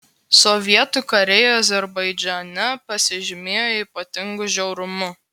sovietų kariai azerbaidžane pasižymėjo ypatingu žiaurumu